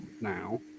now